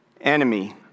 enemy